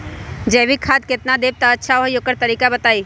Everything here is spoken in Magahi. जैविक खाद केतना देब त अच्छा होइ ओकर तरीका बताई?